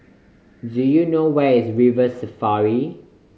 do you know where is River Safari